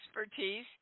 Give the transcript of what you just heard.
expertise